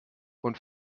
und